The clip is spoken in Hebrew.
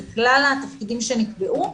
זה לכלל התפקידים שנקבעו,